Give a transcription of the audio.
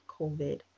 COVID